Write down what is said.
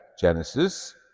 Genesis